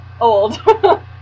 old